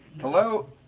Hello